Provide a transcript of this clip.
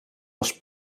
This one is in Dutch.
als